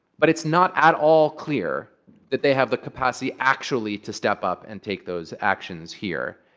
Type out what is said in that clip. but it's not at all clear that they have the capacity, actually, to step up and take those actions here.